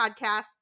podcast